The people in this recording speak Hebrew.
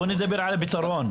בואו נדבר על הפיתרון.